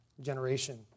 generation